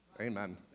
Amen